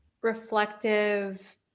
reflective